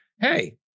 hey